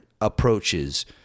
approaches